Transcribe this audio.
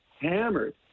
hammered